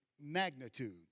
magnitude